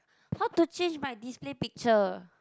how to change my display picture